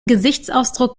gesichtsausdruck